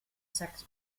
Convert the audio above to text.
sex